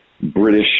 British